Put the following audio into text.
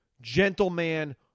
Gentleman